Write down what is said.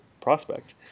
prospect